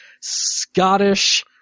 Scottish